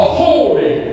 holy